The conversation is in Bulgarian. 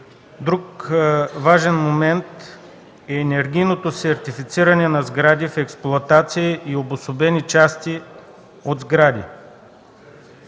Друг важен момент е енергийното сертифициране на сгради в експлоатация и обособени части от сгради.